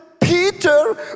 Peter